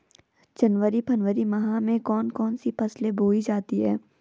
जनवरी फरवरी माह में कौन कौन सी फसलें बोई जाती हैं?